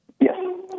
Yes